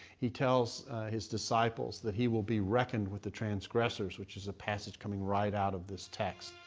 he tells his disciples that he will be reckoned with the transgressors, which is a passage coming right out of this text.